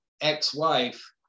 ex-wife